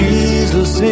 Jesus